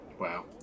Wow